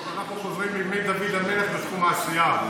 אנחנו חוזרים לימי דוד המלך בתחום העשייה.